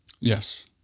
Yes